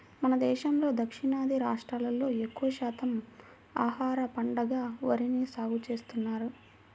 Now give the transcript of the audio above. మన దేశంలో దక్షిణాది రాష్ట్రాల్లో ఎక్కువ శాతం ఆహార పంటగా వరిని సాగుచేస్తున్నారు